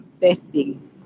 testing